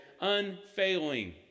unfailing